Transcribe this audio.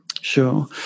Sure